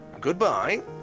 Goodbye